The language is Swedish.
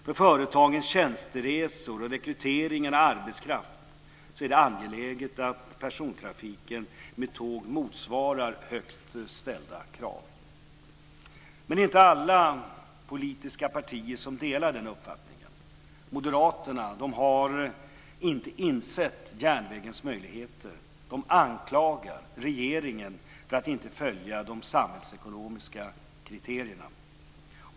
För företagens tjänsteresor och rekrytering av arbetskraft är det angeläget att persontrafiken med tåg motsvarar högt ställda krav. Men det är inte alla politiska partier som delar den uppfattningen. Moderaterna har inte insett järnvägens möjligheter. De anklagar regeringen för att inte följa de samhällsekonomiska kriterierna.